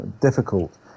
difficult